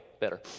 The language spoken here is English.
better